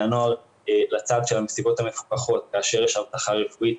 הנוער לצד של המסיבות המפוקחות כאשר יש אבטחה רפואית,